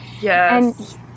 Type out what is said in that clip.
Yes